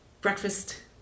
breakfast